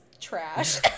trash